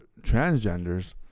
transgenders